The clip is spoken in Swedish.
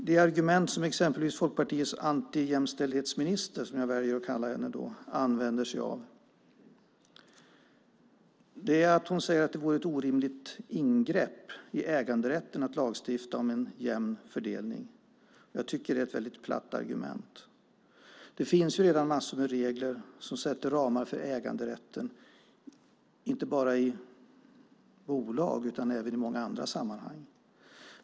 Det argument som Folkpartiets antijämställdhetsminister, som jag väljer att kalla henne, använder sig av är att det vore ett orimligt ingrepp i äganderätten att lagstifta om en jämn fördelning. Jag tycker att det är ett platt argument. Det finns ju redan massor av regler som sätter ramar för äganderätten inte bara i bolag utan också i många andra sammanhang.